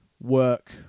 work